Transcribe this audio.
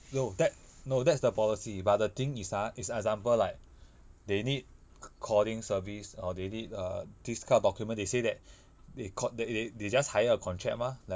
no that no that's the policy but the thing is ah is example like they need c~ calling service or they need err this kind of document they say that they cont~ they they they just hire a contract mah like